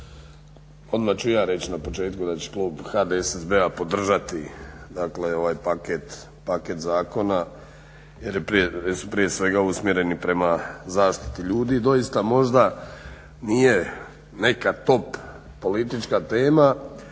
odmah ću reći na početku da će klub HDSSB-a podržati dakle ovaj paket zakona jer su prije svega usmjereni prema zaštiti ljudi. Doista možda nije neka top politička tema,